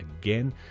again